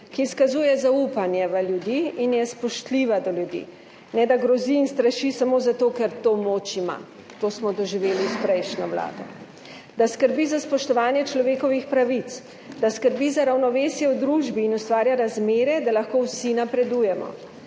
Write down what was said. ki izkazuje zaupanje v ljudi in je spoštljiva do ljudi, ne da grozi in straši samo zato, ker ima to moč. To smo doživeli s prejšnjo vlado. Da skrbi za spoštovanje človekovih pravic, da skrbi za ravnovesje v družbi in ustvarja razmere, da lahko vsi napredujemo,